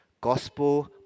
gospel